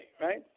right